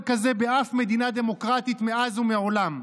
כזה באף מדינה דמוקרטית מאז ומעולם.